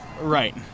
Right